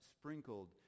sprinkled